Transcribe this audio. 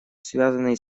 связанный